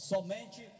Somente